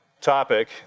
Topic